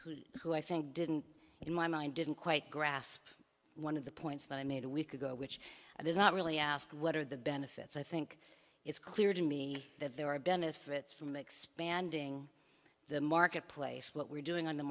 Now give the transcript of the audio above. who who i think didn't in my mind didn't quite grasp one of the points that i made a week ago which i did not really ask what are the benefits i think it's clear to me that there are benefits from the expanding the marketplace what we're doing on the